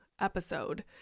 episode